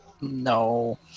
No